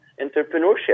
entrepreneurship